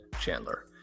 Chandler